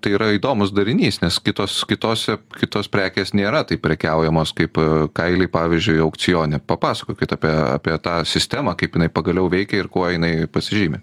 tai yra įdomus darinys nes kitos kitose kitos prekės nėra taip prekiaujamos kaip kailiai pavyzdžiui aukcione papasakokit apie apie tą sistemą kaip jinai pagaliau veikia ir kuo jinai pasižymi